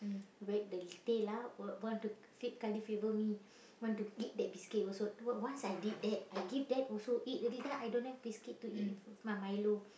wag the tail ah want want to feed me want to eat that biscuit also once once I did that I give that also eat already then I don't have biscuit to eat with with my Milo